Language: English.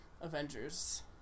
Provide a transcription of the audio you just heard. Avengers